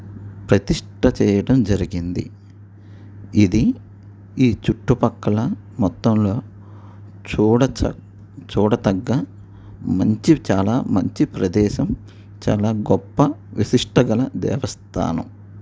ప్రతిష్ట చేయటం జరిగింది ఇది ఈ చుట్టుపక్కల మొత్తంలో చూడ చూడ తగ్గ మంచి చాలా మంచి ప్రదేశం చాలా గొప్ప విశిష్ట గల దేవస్థానం